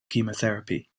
chemotherapy